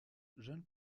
jeune